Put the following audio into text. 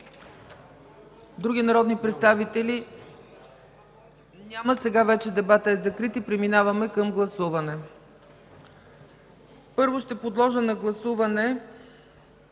Други народни представители? Няма. Дебатът е закрит и преминаваме към гласуване. Първо ще подложа на гласуване